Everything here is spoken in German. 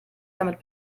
damit